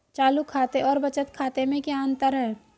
चालू खाते और बचत खाते में क्या अंतर है?